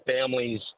families